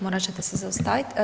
Morat ćete se zaustavit.